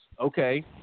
Okay